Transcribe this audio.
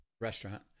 restaurant